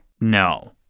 No